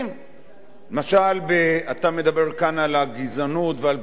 אתה מדבר כאן על הגזענות ועל פגיעה בקבוצות בשל